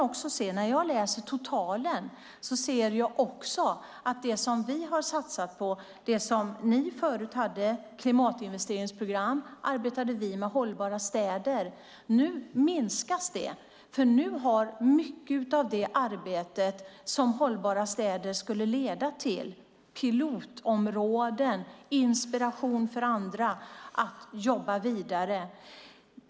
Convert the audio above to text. I totalen kan jag se det som vi har satsat på. Ni hade förut klimatinvesteringsprogrammen, vi arbetade med satsningen Hållbara städer. Nu minskas det, för nu har mycket av det nåtts som arbetet med Hållbara städer skulle leda till - pilotområden, inspiration för andra att jobba vidare.